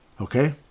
okay